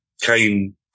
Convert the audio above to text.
came